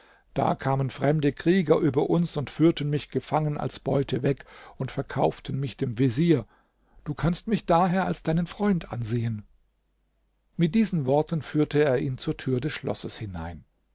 da kamen fremde krieger über uns und führten mich gefangen als beute weg und verkauften mich dem vezier du kannst mich daher als deinen freund ansehen mit diesen worten führte er ihn zur tür des schlosses hinein